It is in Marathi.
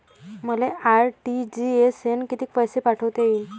मले आर.टी.जी.एस न कितीक पैसे पाठवता येईन?